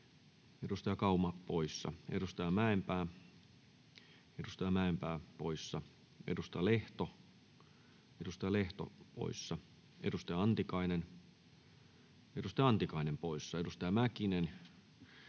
Edustaja Kauma poissa, edustaja Mäenpää poissa, edustaja Lehto poissa, edustaja Antikainen poissa, edustaja Mäkinen